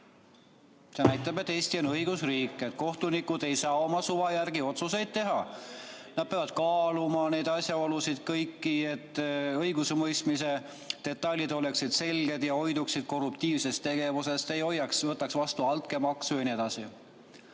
See näitab, et Eesti on õigusriik ja kohtunikud ei saa oma suva järgi otsuseid teha. Nad peavad kaaluma kõiki asjaolusid, et õigusemõistmise detailid oleksid selged, ja hoiduma korruptiivsest tegevusest, mitte võtma vastu altkäemaksu jne.